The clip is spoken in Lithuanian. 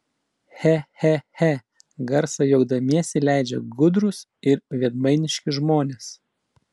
che che che garsą juokdamiesi leidžia gudrūs ir veidmainiški žmonės